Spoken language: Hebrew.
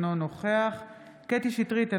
אינו נוכח קטי קטרין שטרית,